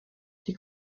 die